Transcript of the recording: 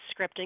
scripting